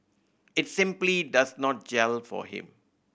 it simply does not gel for him